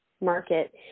market